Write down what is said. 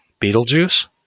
Beetlejuice